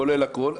כולל הכול.